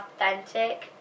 authentic